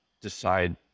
decide